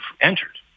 entered